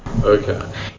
Okay